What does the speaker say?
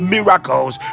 Miracles